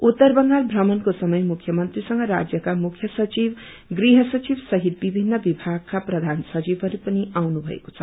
उत्तर बंगाल प्रमणको समय मुख्यमन्त्रीसँग राज्यका मुख्य सचिव गृह सचिव सहित विभित्र विमागका प्रचान सचिवहरू पनि आउनु भएको छ